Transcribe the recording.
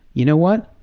you know what,